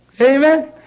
amen